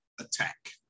attack